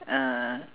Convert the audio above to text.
ah